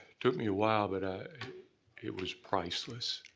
took me a while but ah it was priceless.